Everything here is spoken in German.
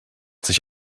sich